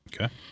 Okay